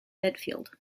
midfield